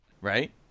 right